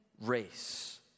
race